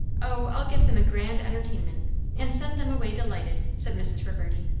o, i'll give them a grand entertainment and send them away delighted, said mrs. reverdy.